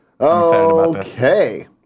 Okay